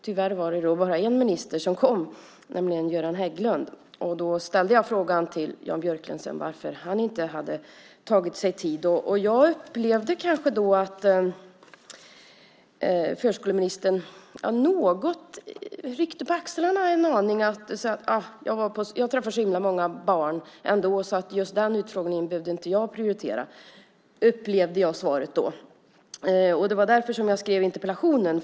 Tyvärr var det bara en minister som kom, nämligen Göran Hägglund. Jag frågade sedan Jan Björklund varför han inte hade tagit sig tid. Jag upplevde då att förskoleministern ryckte på axlarna en aning som om han tyckte: Jag träffar så många barn ändå, så just den utfrågningen behövde jag inte prioritera. Så upplevde jag svaret. Det var därför jag skrev interpellationen.